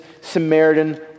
Samaritan